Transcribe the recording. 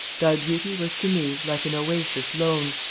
thy beauty was to me like an oasis lone,